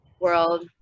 world